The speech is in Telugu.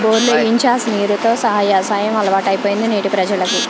బోర్లు ఏయించి ఆ నీరు తో యవసాయం అలవాటైపోయింది నేటి ప్రజలకి